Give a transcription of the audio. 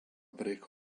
break